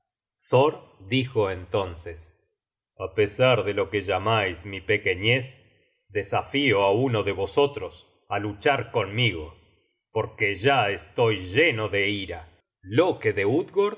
dijo entonces a pesar de lo que llamais mi pequeñez desafío á uno de vosotros á luchar conmigo porque ya estoy lleno de ira loke de